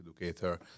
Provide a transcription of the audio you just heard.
Educator